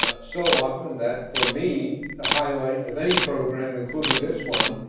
ah so often that for me, the highlight of any program, including this one,